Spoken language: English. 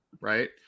right